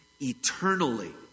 Eternally